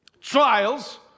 trials